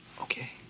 Okay